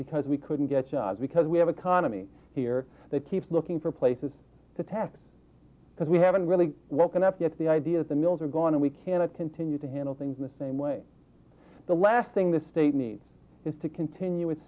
because we couldn't get jobs because we have economy here that keeps looking for places to tax because we haven't really welcomed up yet the idea of the mills are gone and we cannot continue to handle things in the same way the last thing the state needs is to continue with